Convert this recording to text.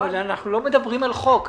אנחנו לא מדברים על חוק,